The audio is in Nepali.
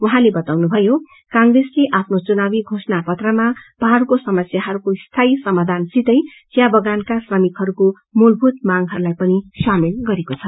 उहाँले बताउनुभयो कांग्रेसले आफ्नो चुनावी घोषणा पत्रमा पहाड़को समस्याहरूको स्थायी सामाधानसितै चियाबगानका श्रमिकहरूको मूलभूत मांगहरूलाई पनि सामेल गरेको छ